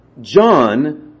John